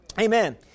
Amen